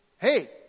hey